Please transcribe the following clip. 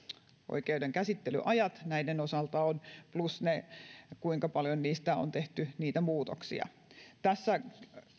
oikeuden käsittelyajat näiden osalta ovat plus ne kuinka paljon niistä on tehty niitä muutoksia tässä